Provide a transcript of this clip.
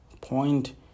point